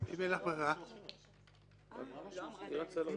--- אבל לא רק בנקודה הזו,